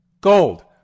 Gold